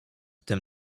tym